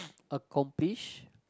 accomplish